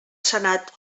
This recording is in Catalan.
senat